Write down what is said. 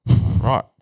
right